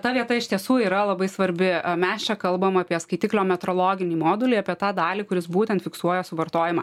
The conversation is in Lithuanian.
ta vieta iš tiesų yra labai svarbi mes čia kalbam apie skaitiklio metrologinį modulį apie tą dalį kuris būtent fiksuoja suvartojimą